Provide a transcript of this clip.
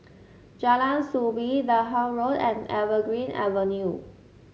Jalan Soo Bee Durham Road and Evergreen Avenue